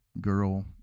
girl